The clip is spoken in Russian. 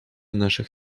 наших